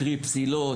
קרי פסילות,